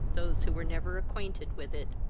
those who were never acquainted with it.